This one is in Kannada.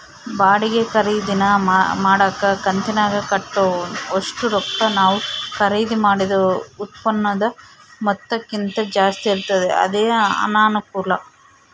ಬಾಡಿಗೆ ಖರೀದಿನ ಮಾಡಕ ಕಂತಿನಾಗ ಕಟ್ಟೋ ಒಷ್ಟು ರೊಕ್ಕ ನಾವು ಖರೀದಿ ಮಾಡಿದ ಉತ್ಪನ್ನುದ ಮೊತ್ತಕ್ಕಿಂತ ಜಾಸ್ತಿ ಇರ್ತತೆ ಅದೇ ಅನಾನುಕೂಲ